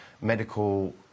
medical